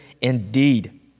indeed